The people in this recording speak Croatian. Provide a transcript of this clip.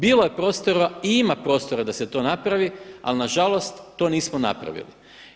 Bilo je prostora i ima prostora da se to napravi ali nažalost to nismo napravili.